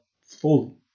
fully